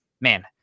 man